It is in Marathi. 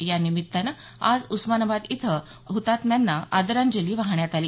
या निमित्तानं आज उस्मानाबाद इथं हुतात्म्यांना आदरांजली वाहण्यात आली